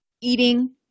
eating